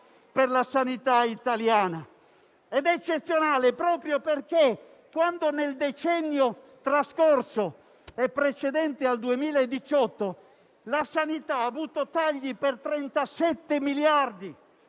per la sanità italiana. È eccezionale proprio perché nel decennio trascorso e precedente al 2018 la sanità ha avuto tagli per 37 miliardi,